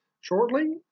shortly